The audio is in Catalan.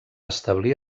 establir